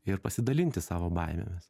ir pasidalinti savo baimėmis